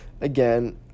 again